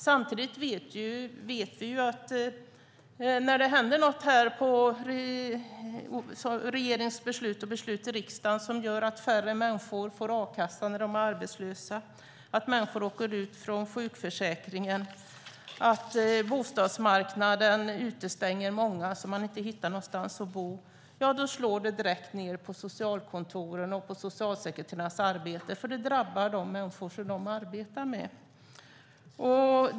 Samtidigt vet vi att när det händer något här i form av regeringsbeslut och beslut i riksdagen som innebär att färre människor får a-kassa när de är arbetslösa, att människor åker ut från sjukförsäkringen och att bostadsmarknaden utestänger många så att man inte hittar någonstans att bo slår det direkt på socialkontoren och socialsekreterarnas arbete eftersom det drabbar de människor som de arbetar med.